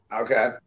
okay